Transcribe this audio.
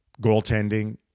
goaltending